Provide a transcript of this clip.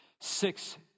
six